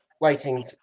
waiting